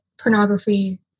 pornography